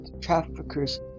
traffickers